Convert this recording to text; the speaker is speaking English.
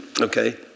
okay